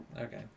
Okay